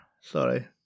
sorry